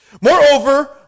Moreover